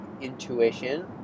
intuition